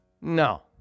No